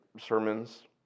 sermons